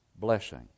blessing